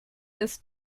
ist